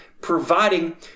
providing